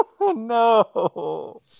no